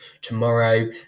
tomorrow